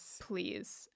please